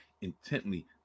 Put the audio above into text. intently